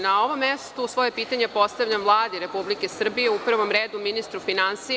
Na ovom mestu svoje pitanje postavljam Vladi Republike Srbije, u prvom redu ministru finansija.